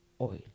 Oil